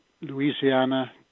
louisiana